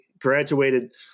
graduated